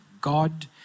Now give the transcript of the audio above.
God